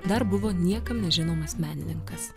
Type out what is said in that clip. dar buvo niekam nežinomas menininkas